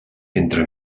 entre